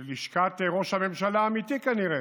ללשכת ראש הממשלה האמיתי, כנראה,